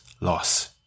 loss